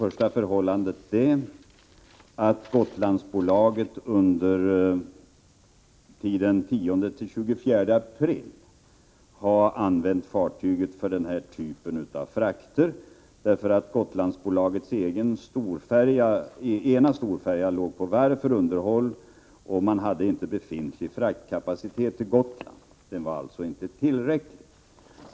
Gotlandsbolaget har ju under tiden 10-24 april använt fartyget för den här typen av frakter eftersom Gotlandsbolagets ena storfärja låg på varv för underhåll och den befintliga kapaciteten för frakter på Gotland inte var tillräcklig.